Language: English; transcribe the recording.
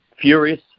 furious